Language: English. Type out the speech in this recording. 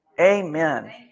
amen